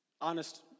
honest